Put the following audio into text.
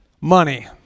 money